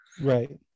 Right